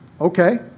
okay